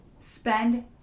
Spend